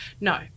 No